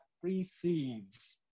precedes